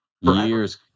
Years